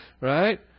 right